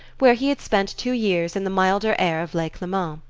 where he had spent two years in the milder air of lake leman.